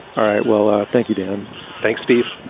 all right. well, thank you, dan. thanks, steve.